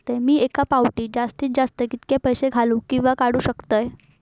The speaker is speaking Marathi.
मी एका फाउटी जास्तीत जास्त कितके पैसे घालूक किवा काडूक शकतय?